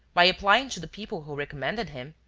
by applying to the people who recommended him.